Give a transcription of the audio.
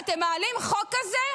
אתם מעלים חוק כזה?